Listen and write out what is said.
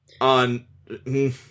On